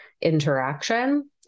interaction